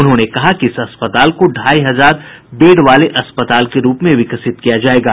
उन्होंने कहा कि इस अस्पताल को ढ़ाई हजार बेड वाले अस्पताल के रूप में विकसित किया जायेगा